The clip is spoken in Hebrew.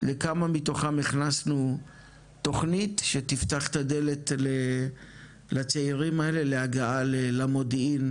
לכמה מתוכם הכנסנו תכנית שתפתח את הדלת לצעירים האלה להגעה למודיעין,